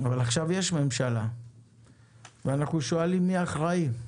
אבל עכשיו יש ממשלה ואנחנו שואלים מי אחראי.